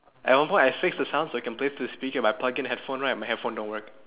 at one point I fixed the sound so I can play through the speaker but I plug in headphone right my headphone don't work